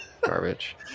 Garbage